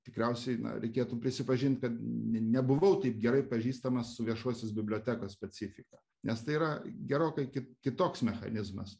tikriausiai reikėtų prisipažint kad ne nebuvau taip gerai pažįstamas su viešosios bibliotekos specifika nes tai yra gerokai kit kitoks mechanizmas